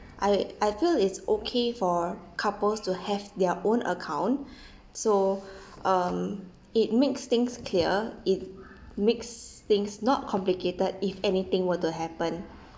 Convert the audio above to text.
I I feel it's okay for couples to have their own account so um it makes things clear it makes things not complicated if anything were to happen